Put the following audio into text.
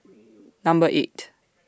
Number eight